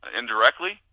indirectly